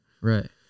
Right